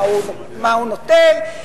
מה הוא נוטל?